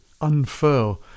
Unfurl